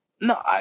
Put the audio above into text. no